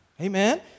Amen